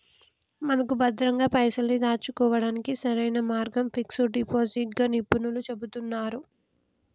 మనకు భద్రంగా పైసల్ని దాచుకోవడానికి సరైన మార్గం ఫిక్స్ డిపాజిట్ గా నిపుణులు చెబుతున్నారు